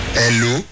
hello